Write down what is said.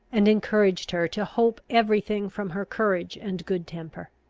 and encouraged her to hope every thing from her courage and good temper.